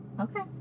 Okay